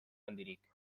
handirik